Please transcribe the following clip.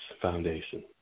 Foundation